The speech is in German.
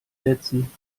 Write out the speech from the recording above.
sätzen